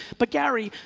but gary,